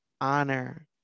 honor